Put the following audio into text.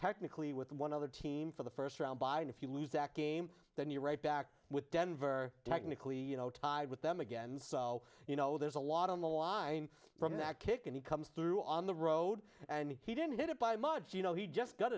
technically with one other team for the first round bye and if you lose that game then you're right back with denver technically you know tied with them again so you know there's a lot on the line from that kick and he comes through on the road and he didn't hit it by much you know he just got